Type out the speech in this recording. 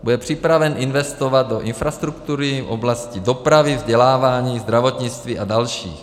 Bude připraven investovat do infrastruktury v oblasti dopravy, vzdělávání, zdravotnictví a dalších.